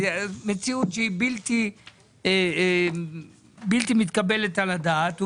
זו מציאות שהיא בלתי מתקבלת על הדעת.